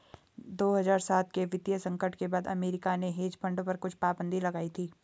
दो हज़ार सात के वित्तीय संकट के बाद अमेरिका ने हेज फंड पर कुछ पाबन्दी लगाई थी